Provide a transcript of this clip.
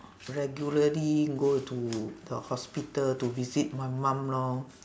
regularly go to the hospital to visit my mum lor